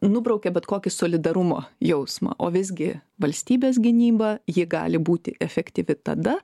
nubraukia bet kokį solidarumo jausmą o visgi valstybės gynyba ji gali būti efektyvi tada